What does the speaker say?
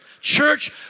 Church